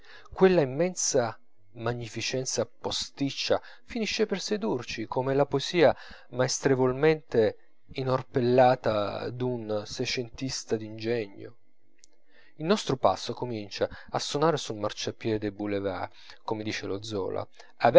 quella immensa magnificenza posticcia finisce per sedurci come la poesia maestrevolmente inorpellata d'un seicentista d'ingegno il nostro passo comincia a sonare sul marciapiede dei boulevards come dice lo zola